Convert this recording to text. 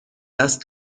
دست